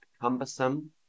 Cumbersome